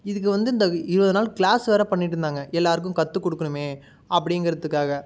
இதுக்கு வந்து இந்த இருபது நாள் கிளாஸ் வேற பண்ணிட்டுருந்தாங்க எல்லாருக்கும் கற்றுக் கொடுக்கணுமே அப்படிங்கிறத்துக்காக